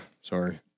sorry